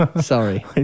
Sorry